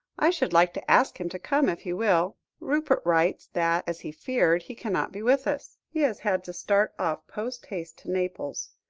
i should like to ask him to come if he will. rupert writes, that, as he feared, he cannot be with us. he has had to start off post haste to naples.